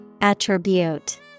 Attribute